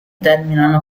terminano